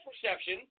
perception